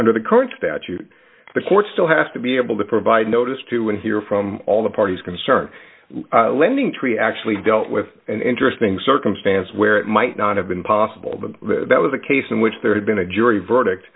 under the current statute the court still has to be able to provide notice to and hear from all the parties concerned lending tree actually dealt with an interesting circumstance where it might not have been possible but that was a case in which there had been a jury verdict